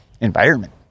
environment